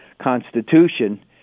constitution